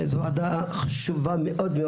זו ועדה חשובה מאוד.